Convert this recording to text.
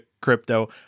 crypto